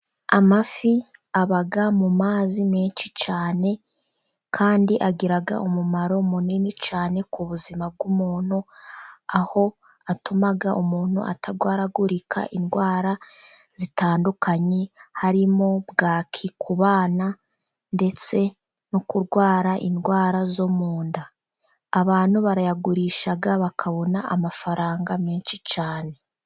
Amafi aba mu mazi menshi cyane kandi agira umumaro munini cyane ku buzima bw'umuntu, aho atuma umuntu atarwaragurika indwara zitandukanye, harimo bwaki kubana ndetse no kurwara indwara zo munda, abantu barayagurisha bakabona amafaranga menshi cyane.